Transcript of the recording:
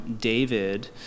David